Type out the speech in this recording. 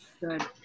Good